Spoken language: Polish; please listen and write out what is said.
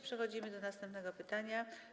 Przechodzimy do następnego pytania.